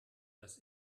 dass